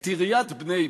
את עיריית בני-ברק,